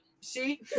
See